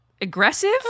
aggressive